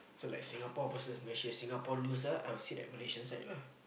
so like Singapore versus Malaysia Singapore lose ah I will sit a Malaysian side lah